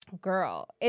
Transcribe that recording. Girl